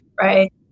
right